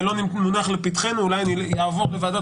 זה לא מונח לפתחנו ואולי יעבור בוועדת